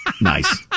nice